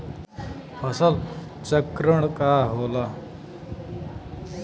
फसल चक्रण का होला?